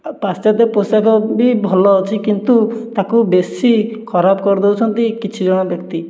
ଆଉ ପାଶ୍ଚାତ୍ୟ ପୋଷାକ ବି ଭଲ ଅଛି କିନ୍ତୁ ତାକୁ ବେଶୀ ଖରାପ କରି ଦେଉଛନ୍ତି କିଛି ଜଣ ବ୍ୟକ୍ତି